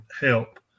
help